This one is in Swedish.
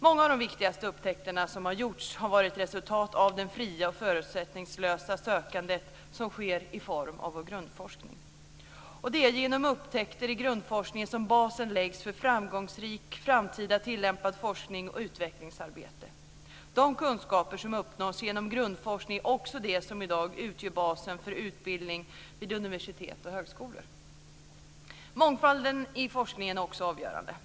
Många av de viktigaste upptäckter som har gjorts har varit resultat av det fria och förutsättningslösa sökandet som sker i form av vår grundforskning. Och det är genom upptäckter i grundforskningen som basen läggs för framgångsrik framtida tillämpad forskning och utvecklingssarbete. De kunskaper som uppnåtts genom grundforskningen är också det som i dag utgör basen för utbildningen vid universitet och högskolor. Mångfalden i forskningen är också avgörande.